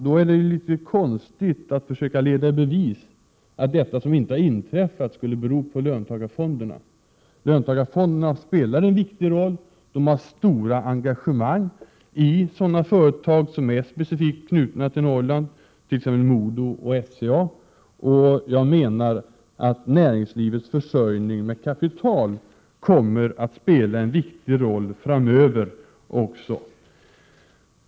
Då är det litet konstigt att försöka leda i bevis att det som inte har inträffat skulle bero på löntagarfonderna. De spelar en viktig roll och har stora engagemang i sådana företag som är specifikt knutna till Norrland, t.ex. MoDo och SCA. Jag menar att näringslivets försörjning med kapital kommer att spela en viktig roll framöver också.